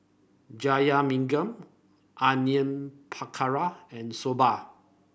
Jajangmyeon Onion Pakora and Soba